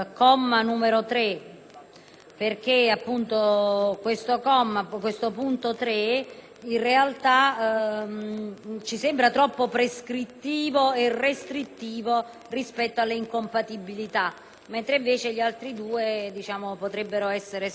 5.9 il punto 3), che ci sembra troppo prescrittivo e restrittivo rispetto alle incompatibilità, mentre invece gli altri due punti potrebbero essere sicuramente considerati